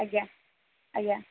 ଆଜ୍ଞା ଆଜ୍ଞା